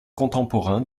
contemporains